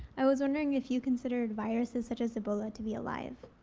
i was wondering if you considered viruses such as ebola to be alive?